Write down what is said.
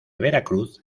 veracruz